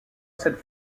cette